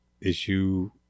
issue